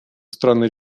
страны